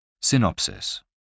Synopsis